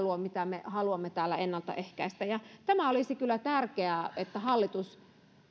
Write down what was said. mitä me haluamme täällä ennalta ehkäistä olisi kyllä tärkeää että hallitus